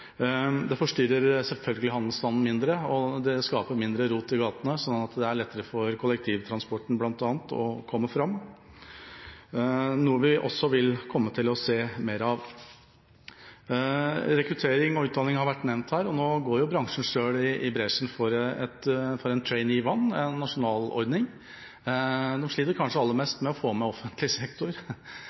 Det forstyrrer selvfølgelig handelsstanden mindre, og det skaper mindre rot i gatene. Slik er det lettere bl.a. for kollektivtransporten å komme fram. Dette vil vi også komme til å se mer av. Rekruttering og utdanning har vært nevnt her. Nå går bransjen selv i bresjen for Trainee Vann, som er en nasjonal ordning. Man sliter kanskje aller mest med å få med offentlig sektor,